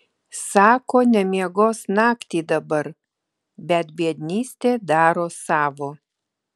sako nemiegos naktį dabar bet biednystė daro savo